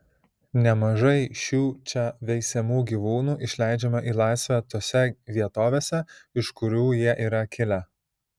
nemažai šių čia veisiamų gyvūnų išleidžiama į laisvę tose vietovėse iš kurių jie yra kilę